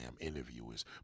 interviewers